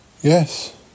Yes